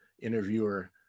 interviewer